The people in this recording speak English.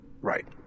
Right